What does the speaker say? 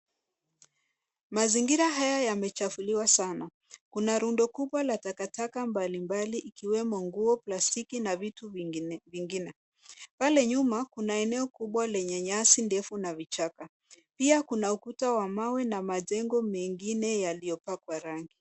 Mazingira haya yamechafuliwa sana. Kuna rundo kubwa la takataka mbalimbali ikiwemo nguo, plastiki na vitu vingine- vingine. Pale nyuma, kuna eneo kubwa lenye nyasi ndefu na vichaka, pia kuna ukuta wa mawe na majengo mengine yaliyopakwa rangi.